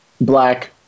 black